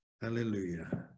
hallelujah